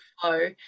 flow